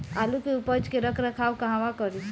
आलू के उपज के रख रखाव कहवा करी?